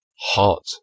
hot